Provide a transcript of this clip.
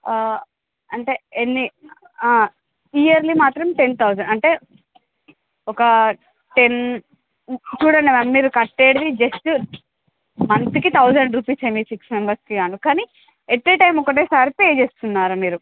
ఆ అంటే ఎన్ని ఆ ఇయర్లీ మాత్రం టెన్ థౌసండ్ అంటే ఒక టెన్ చూడండి మ్యామ్ మీరు కట్టేది జస్ట్ మంత్కి థౌసండ్ రూపీస్ మీ సిక్స్ మెంబర్స్కి కాను కానీ యట్ ఎ టైమ్ ఒకేసారి పే చేస్తున్నారు మీరు